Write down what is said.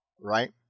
right